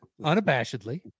unabashedly